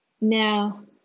Now